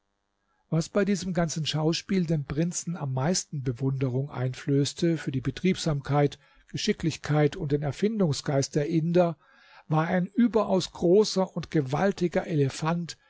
was bei diesem ganzen schauspiel dem prinzen am meisten bewunderung einflößte für die betriebsamkeit geschicklichkeit und den erfindungsgeist der inder war ein überaus großer und gewaltiger elefant